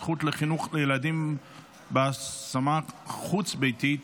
הזכות לחינוך לילדים בהשמה חוץ-ביתית),